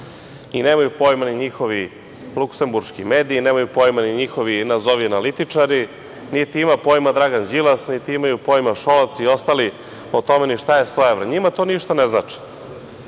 imaju pojma njihovi luksemburški mediji, niti njihovi nazovi analitičari, niti ima pojma Dragan Đilas, niti imaju pojma Šolaci i ostali o tome ni šta je 100 evra. Njima to ništa ne znači. Oni,